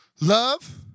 Love